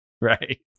Right